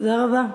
תודה רבה.